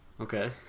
Okay